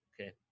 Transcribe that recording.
Okay